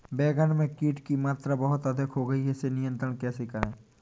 बैगन में कीट की मात्रा बहुत अधिक हो गई है इसे नियंत्रण कैसे करें?